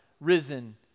risen